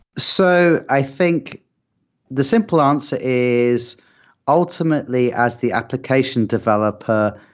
so i think the simple answer is ultimately as the application developer,